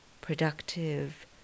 productive